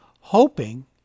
hoping